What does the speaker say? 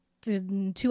two